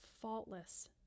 faultless